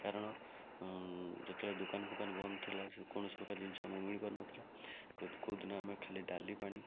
କାରଣ ଯେତେବେଳେ ଦୋକାନ ଫୋକାନ ବନ୍ଦ ଥିଲା ଯେକୌଣସି ପ୍ରକର ଜିନିଷ ଆମକୁ ମିଳିପାରୁନଥିଲା କେଉଁ କେଉଁଦିନ ଆମେ ଖାଲି ଡାଲି ପାଣି